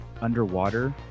underwater